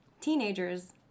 teenagers